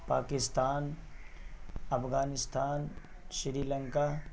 Pakistan Afghanistan Sri Lanka